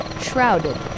shrouded